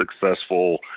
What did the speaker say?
successful